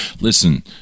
listen